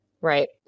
Right